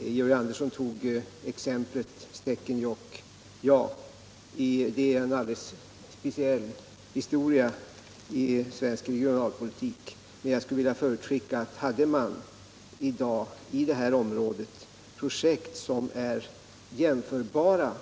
Georg Andersson tog upp exemplet Stekenjokk. Ja, det är en alldeles speciell historia i svensk regionalpolitik. Jag skulle vilja förutskicka att om man i dag i det här området hade projekt som vore genomförbara